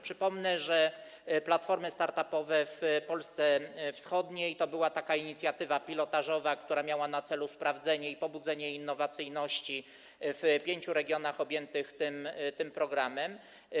Przypomnę, że platformy start-upowe w Polsce wschodniej to była taka inicjatywa pilotażowa, która miała na celu sprawdzenie i pobudzenie innowacyjności w pięciu regionach objętych tym programem.